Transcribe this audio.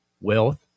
wealth